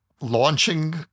launching